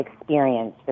Experience